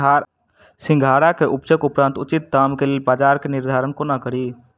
सिंघाड़ा केँ उपजक उपरांत उचित दाम केँ लेल बजार केँ निर्धारण कोना कड़ी?